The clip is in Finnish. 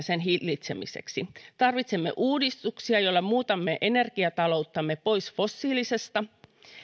sen hillitsemiseksi tarvitsemme uudistuksia joilla muutamme energiatalouttamme pois fossiilisesta